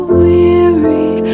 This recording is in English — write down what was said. weary